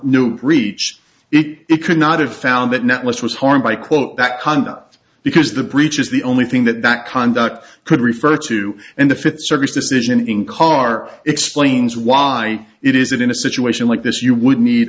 no reach it could not have found that netlist was harmed by quote that conda because the breach is the only thing that that conduct could refer to and the fifth circuit decision in car explains why it is it in a situation like this you would need